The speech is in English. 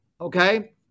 okay